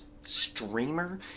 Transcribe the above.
streamer